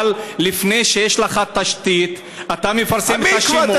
אבל לפני שיש לך תשתית אתה מפרסם את השמות.